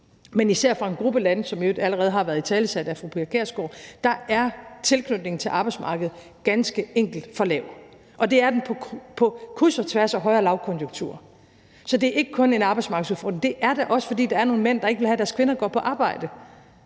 men især fra en gruppe lande, som i øvrigt allerede har været italesat af fru Pia Kjærsgaard, er tilknytningen til arbejdsmarkedet ganske enkelt for lav, og det er den på kryds og tværs af høj- og lavkonjunkturer. Så det er ikke kun en arbejdsmarkedsudfordring. Det er da også, fordi der er nogle mænd, der ikke vil have, at deres kvinder går på arbejde,